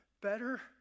Better